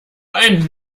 ein